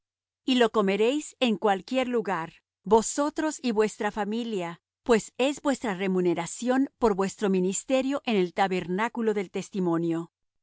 y lo comeréis en cualquier lugar vosotros y vuestra familia pues es vuestra remuneración por vuestro ministerio en el tabernáculo del testimonio